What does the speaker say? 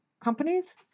companies